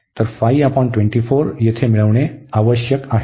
तर येथे मिळवणे आवश्यक आहे